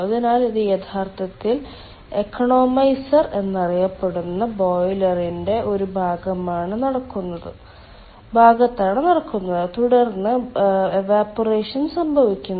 അതിനാൽ ഇത് യഥാർത്ഥത്തിൽ ഇക്കണോമൈസർഎന്നറിയപ്പെടുന്ന ബോയിലറിന്റെ ഒരു ഭാഗത്താണ് നടക്കുന്നത് തുടർന്ന് ബാഷ്പീകരണം സംഭവിക്കുന്നു